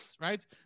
right